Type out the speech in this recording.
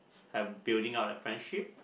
and building up that friendship